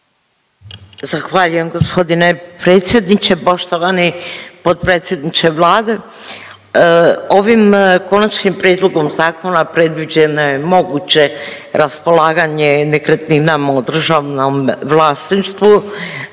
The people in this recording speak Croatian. Zahvaljujem gospodine predsjedniče. Poštovani potpredsjedniče Vlade, ovim konačnim prijedlogom zakona predviđeno je moguće raspolaganje nekretninama u državnom vlasništvu